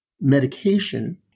medication